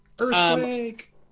Earthquake